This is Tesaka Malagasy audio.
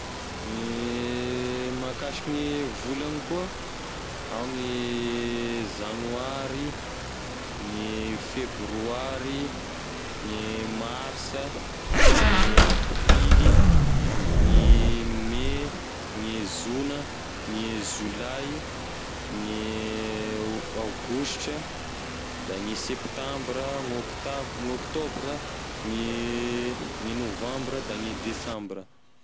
Mahakasiky gne volagny koa: ao gne zanoary, gne febroary, gne marsa, gne aprily, gne mey, gne zona g,e zolay, gne a- aogositra, da gne septambra, gn'ôkta- gn'ôktôbra, gne gne novambra da gne desambra.